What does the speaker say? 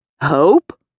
Hope